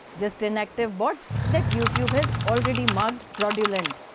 just inactive bots that youtube has already marked fraudulent.